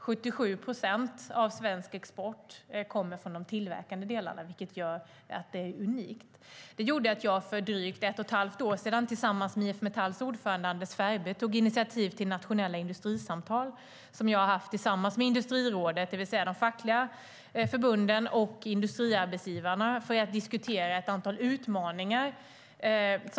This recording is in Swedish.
77 procent av svensk export kommer från de tillverkande delarna, vilket gör det hela unikt. Detta gjorde att jag för drygt ett och ett halvt år sedan tillsammans med IF Metalls ordförande Anders Ferbe tog initiativ till nationella industrisamtal som jag har haft tillsammans med Industrirådet, det vill säga de fackliga förbunden och industriarbetsgivarna, för att diskutera ett antal utmaningar.